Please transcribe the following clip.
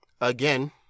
again